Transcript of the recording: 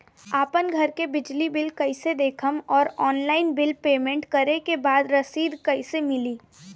आपन घर के बिजली बिल कईसे देखम् और ऑनलाइन बिल पेमेंट करे के बाद रसीद कईसे मिली?